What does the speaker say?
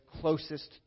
closest